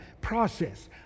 process